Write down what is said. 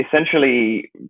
essentially